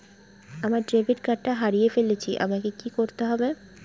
আমার ডেবিট কার্ডটা হারিয়ে ফেলেছি আমাকে কি করতে হবে?